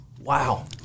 Wow